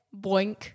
boink